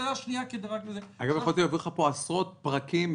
יכולתי להביא לך עשרות פרקים,